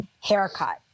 haircut